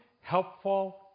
helpful